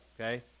okay